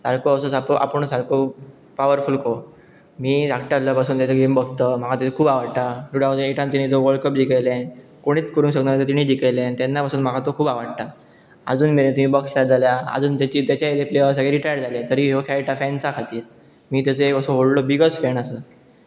सारको असो सारो आपूण सारको पावरफूल कोसो मी धाकटो आसलो पासून तेजो गेम भगत म्हाका तेजो खूब आवडटा टु थावजंड एकटान तेें जो वल्ड कप जिकयलें कोणीच करूंक शकनाल्या ते तिणी जिकयलें तेन्ना पासून म्हाका तो खूब आवडटा आजून मेरेन तुयी बक्षटार जाल्या आजून ते तेचे प्लेयर सगळे रिटायर जाले तरी ह्यो खेळटा फॅन्सा खातीर मी तेजो एक असो व्हडलो बिगस्ट फॅन आसा